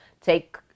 take